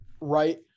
right